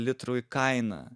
litrui kaina